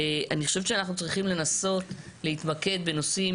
אני חושבת שאנחנו צריכים לנסות להתמקד בנושאים